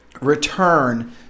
return